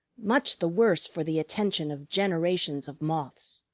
much the worse for the attention of generations of moths.